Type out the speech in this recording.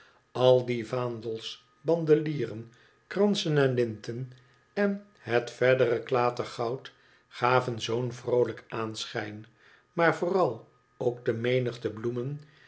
al die vaandels bandelieren kransen en linten en het verdere klatergoud gaven zoo'n vroolijk aanschijn maar vooral ook de menigte bloemen